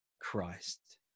Christ